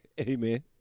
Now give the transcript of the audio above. Amen